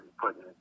putting